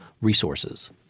resources